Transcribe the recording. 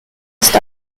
ist